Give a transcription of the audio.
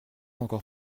encore